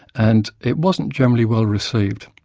and it wasn't generally well received.